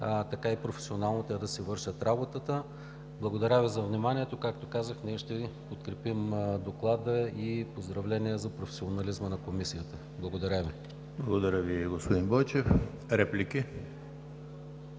така и професионално те да си вършат работата. Благодаря Ви за вниманието. Както казах, ние ще подкрепим Доклада и поздравления за професионализма на Комисията. Благодаря Ви. ПРЕДСЕДАТЕЛ ЕМИЛ ХРИСТОВ: Благодаря Ви, господин Бойчев. Реплики?